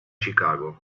chicago